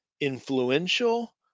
influential